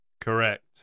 Correct